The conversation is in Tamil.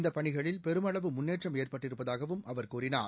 இந்த பணிகளில் பெருமளவு முன்னேற்றம் ஏற்பட்டிருப்பதாகவும் அவர் கூறினார்